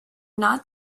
not